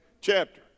chapter